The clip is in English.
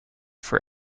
for